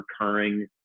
recurring